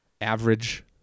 average